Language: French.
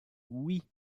oui